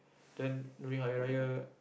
then during Hari-Raya